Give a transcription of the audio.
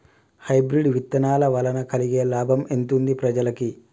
Hybrid విత్తనాల వలన కలిగే లాభం ఎంతుంది ప్రజలకి?